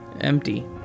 empty